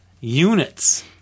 units